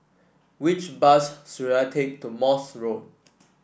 which bus should I take to Morse Road